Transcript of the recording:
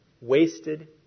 wasted